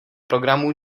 programů